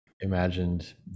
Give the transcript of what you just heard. imagined